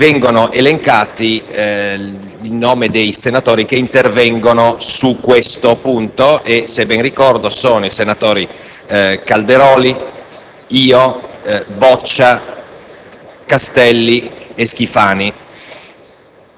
vengono elencati i nomi dei senatori che intervengono sul punto, che - se ben ricordo - sono i senatori Calderoli, Boccia, Castelli, Schifani